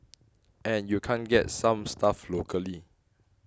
and you can't get some stuff locally